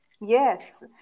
Yes